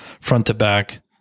front-to-back